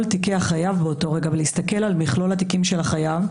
תיקי החייב באותו רגע ולהסתכל על מכלול התיקים של החייב.